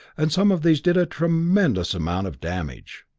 and some of these did a tremendous amount of damage.